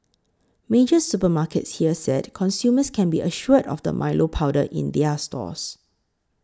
major supermarkets here said consumers can be assured of the Milo powder in their stores